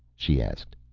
she asked.